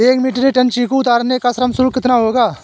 एक metric tonne चीकू उतारने का श्रम शुल्क कितना होगा?